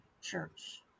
church